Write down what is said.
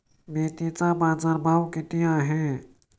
मेथीचा बाजारभाव किती आहे?